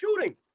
shooting